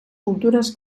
cultures